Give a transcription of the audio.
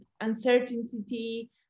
uncertainty